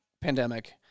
pandemic